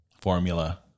formula